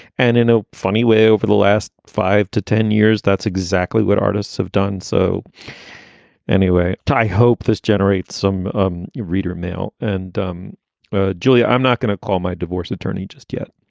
and in a funny way, over the last five to ten years, that's exactly what artists have done. so anyway. i hope this generates some um reader mail. and um julia, i'm not going to call my divorce attorney just yet.